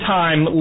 time